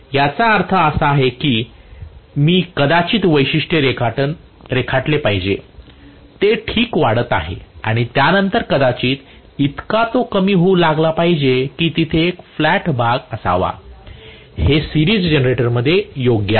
त्याचा अर्थ असा आहे की मी कदाचित वैशिष्ट्य रेखाटले पाहिजे ते ठीक वाढत आहे आणि त्यानंतर कदाचित इतका तो कमी होऊ लागला पाहिजे कि तेथे एक फ्लॅट भाग असावा हे सिरीज जनरेटरमध्ये हे योग्य आहे